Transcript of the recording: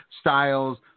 Styles